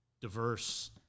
diverse